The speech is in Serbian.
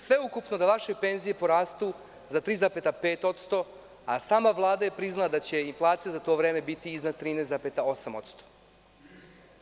Sveukupno vaše penzije će rasti za 3,5%, a sama Vlada je priznala da će inflacija za to vreme biti iznad 13,8%